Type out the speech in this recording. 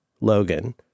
Logan